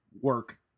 work